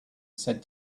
said